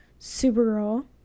Supergirl